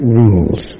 rules